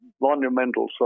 monumental